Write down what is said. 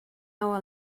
our